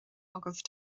agaibh